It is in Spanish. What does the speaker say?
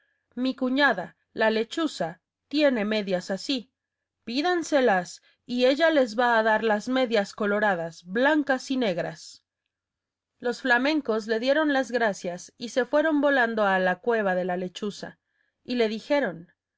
mi cuñada la lechuza tiene medias así pídanselas y ella les va a dar las medias coloradas blancas y negras los flamencos le dieron las gracias y se fueron volando a la cueva de la lechuza y le dijeron